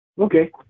Okay